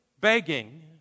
begging